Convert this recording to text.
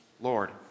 Lord